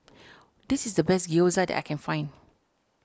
this is the best Gyoza that I can find